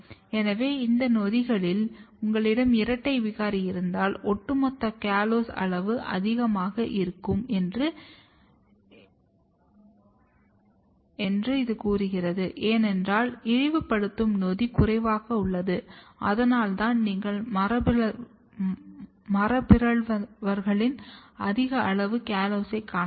எனவே இந்த நொதிகளில் உங்களிடம் இரட்டை விகாரி இருந்தால் ஒட்டுமொத்த கால்ஸ் அளவு அதிகமாக இருக்கும் என்று என்ன நடக்கிறது ஏனென்றால் இழிவுபடுத்தும் நொதி குறைவாக உள்ளது அதனால்தான் நீங்கள் மரபுபிறழ்ந்தவர்களின் அதிக அளவு கலோஸைக் காணலாம்